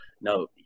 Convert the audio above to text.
no